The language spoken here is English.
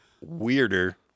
weirder